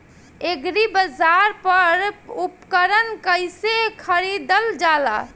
एग्रीबाजार पर उपकरण कइसे खरीदल जाला?